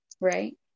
Right